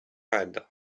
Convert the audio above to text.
erdre